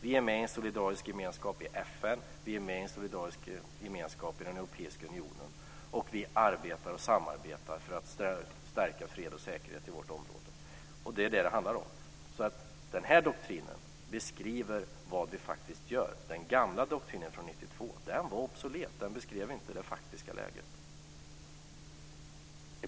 Vi är med i en solidarisk gemenskap i FN och i en solidarisk gemenskap i den europeiska unionen, och vi arbetar och samarbetar för att stärka fred och säkerhet i vårt område. Det är det som det handlar om. Den här doktrinen beskriver vad vi faktiskt gör. Den gamla doktrinen från 1992 var obsolet; den beskrev inte det faktiska läget.